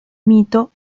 mito